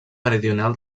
meridional